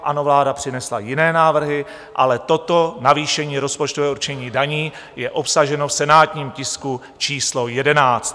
Ano vláda přinesla jiné návrhy, ale toto navýšení rozpočtového určení daní je obsaženo v senátním tisku číslo 11.